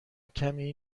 کمی